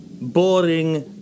boring